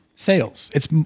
Sales—it's